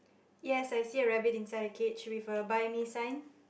yes I see a rabbit inside a cage with a buy me sign